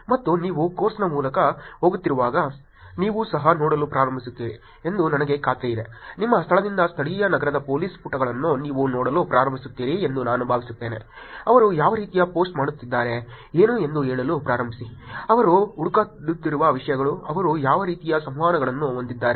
ಮತ್ತು ನೀವು ಕೋರ್ಸ್ನ ಮೂಲಕ ಹೋಗುತ್ತಿರುವಾಗ ನೀವು ಸಹ ನೋಡಲು ಪ್ರಾರಂಭಿಸುತ್ತೀರಿ ಎಂದು ನನಗೆ ಖಾತ್ರಿಯಿದೆ ನಿಮ್ಮ ಸ್ಥಳದಿಂದ ಸ್ಥಳೀಯ ನಗರದ ಪೋಲೀಸ್ ಪುಟಗಳನ್ನು ನೀವು ನೋಡಲು ಪ್ರಾರಂಭಿಸುತ್ತೀರಿ ಎಂದು ನಾನು ಭಾವಿಸುತ್ತೇನೆ ಅವರು ಯಾವ ರೀತಿಯ ಪೋಸ್ಟ್ ಮಾಡುತ್ತಿದ್ದಾರೆ ಏನು ಎಂದು ಹೇಳಲು ಪ್ರಾರಂಭಿಸಿ ಅವರು ಹುಡುಕುತ್ತಿರುವ ವಿಷಯಗಳು ಅವರು ಯಾವ ರೀತಿಯ ಸಂವಹನಗಳನ್ನು ಹೊಂದಿದ್ದಾರೆ